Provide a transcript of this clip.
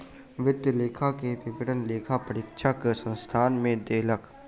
वित्तीय लेखा के विवरण लेखा परीक्षक संस्थान के देलक